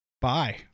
Bye